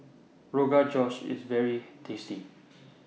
Rogan Josh IS very tasty